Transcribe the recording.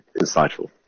insightful